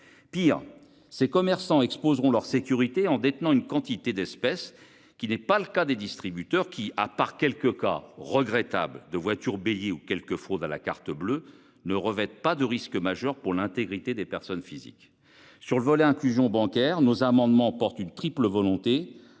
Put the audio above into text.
Pire, ces commerçants exposeront leur sécurité en détenant une quantité d'espèces qui n'est pas le cas des distributeurs qui à part quelques cas regrettable de voiture bélier ou quelque fraude à la carte bleue ne revêtent pas de risque majeur pour l'intégrité des personnes physiques. Sur le volet inclusion bancaire nos amendements portent une triple volonté